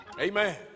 Amen